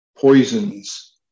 poisons